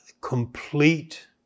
complete